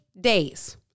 days